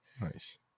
Nice